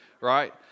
right